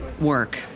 work